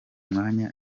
mwanya